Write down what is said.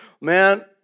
man